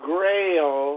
Grail